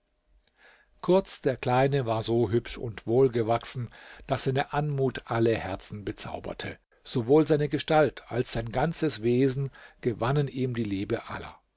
kurz der kleine war so hübsch und wohl gewachsen daß seine anmut alle herzen bezauberte sowohl seine gestalt als sein ganzes wesen gewannen ihm die liebe aller